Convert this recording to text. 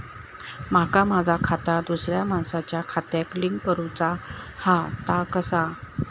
माका माझा खाता दुसऱ्या मानसाच्या खात्याक लिंक करूचा हा ता कसा?